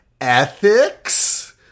ethics